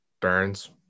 Burns